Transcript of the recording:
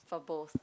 for both